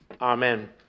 Amen